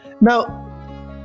Now